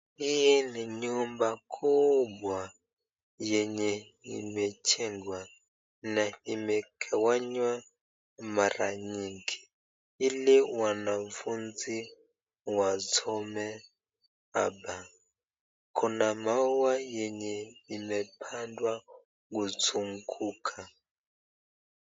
Hii ni nyumba kubwa yenye imenjengwa na imegawanywa mara nyingi ili wanafunzi wasome hapa. Kuna maua yenye imepandwa kuzunguka.